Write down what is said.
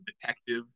detective